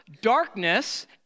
darkness